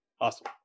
Awesome